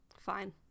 Fine